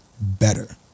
better